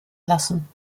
lassen